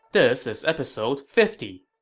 this is episode fifty